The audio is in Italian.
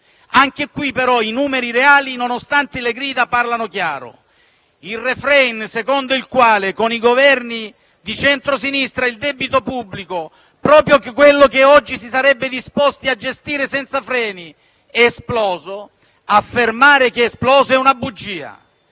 caso, però, i numeri reali, nonostante le grida, parlano chiaro: il *refrain* secondo il quale con i Governi di centrosinistra il debito pubblico (proprio che quello che oggi si sarebbe disposti a gestire senza freni) è esploso è una bugia.